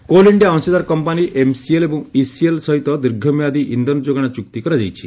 coal India ଅଂଶୀଦାର company MCL ଏବଂ ECL ସହିତ ଦୀର୍ଘମିଆଦୀ ଇନ୍ଧନ ଯୋଗାଣ ଚୁକ୍ତି କରାଯାଇଛି